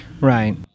Right